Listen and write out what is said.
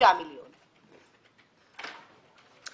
מיליון שקלים.